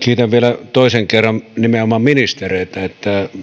kiitän vielä toisen kerran nimenomaan ministereitä